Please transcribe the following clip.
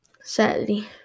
Sadly